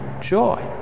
joy